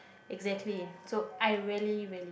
exactly so I rarely